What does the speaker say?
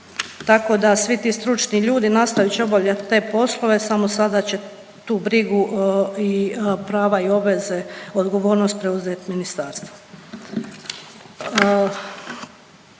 tako da svi ti stručni ljudi nastavit će obavljati te poslove, samo sada će tu brigu i prava i obveze, odgovornost, preuzeti ministarstvo.